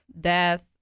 death